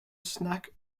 snack